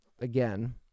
again